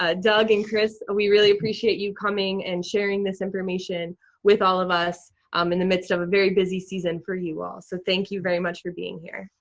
ah doug and kris, we really appreciate you coming and sharing this information with all of us um in the midst of a very busy season for you all. so thank you very much for being here.